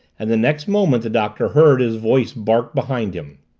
and the next moment the doctor heard his voice bark behind him.